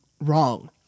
wrong